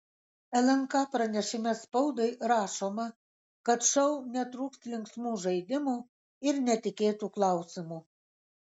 lnk pranešime spaudai rašoma kad šou netrūks linksmų žaidimų ir netikėtų klausimų